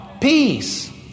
peace